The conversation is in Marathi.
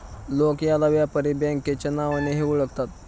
लोक याला व्यापारी बँकेच्या नावानेही ओळखतात